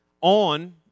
on